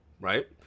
right